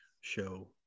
show